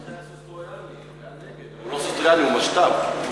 הוא לא סוס טרויאני, הוא משת"פ.